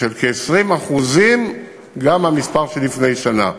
אני חושב, כ-20% גם מהמספר של לפני שנה.